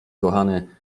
kochany